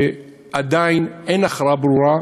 עדיין אין הכרעה ברורה,